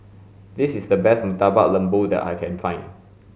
this is the best murtabak lembu that I can find